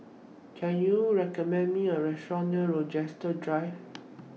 Can YOU recommend Me A Restaurant near Rochester Drive